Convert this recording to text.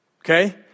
Okay